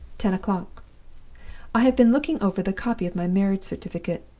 ten o'clock i have been looking over the copy of my marriage certificate,